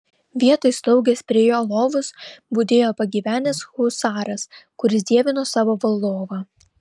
vietoj slaugės prie jo lovos budėjo pagyvenęs husaras kuris dievino savo valdovą